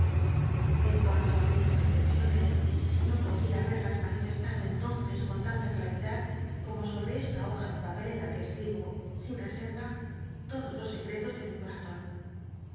en cuanto á mis ellexiones no podría haberlas manircstado entonces con tanta claridad como sobloc esta boja de papel en la qne escribo sin rcset a todos los seci'elos de mi corazón